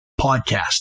podcast